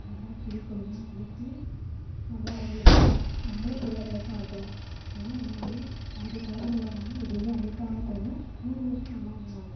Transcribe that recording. எல்லா செடிக்கொடிலாம் அழிச்சி நம்ம அவங்களுக்கு நம்மளே தெரியாதளவுக்கு ஆக்கறோம் ஆனால் முன்னாடி ஆதிக்காலத்தில் உள்ளவங்கள்லாம் எதையுமே அழிக்காமல் கூட நூறு வருடம் நல்லாயிருந்தாங்க